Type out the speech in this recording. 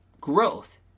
growth